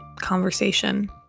conversation